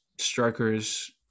strikers